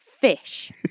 fish